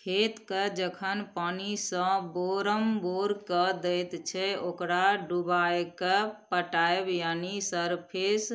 खेतकेँ जखन पानिसँ बोरमबोर कए दैत छै ओकरा डुबाएकेँ पटाएब यानी सरफेस